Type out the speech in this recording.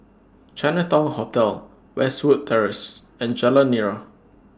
Chinatown Hotel Westwood Terrace and Jalan Nira